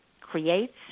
creates